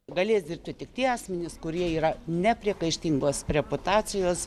galės dirbti tik tie asmenys kurie yra nepriekaištingos reputacijos